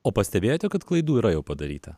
o pastebėjote kad klaidų jau padaryta